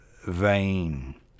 Vain